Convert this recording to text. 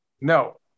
no